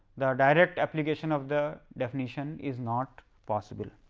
the direct application of the definition is not possible.